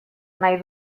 nahi